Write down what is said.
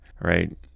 right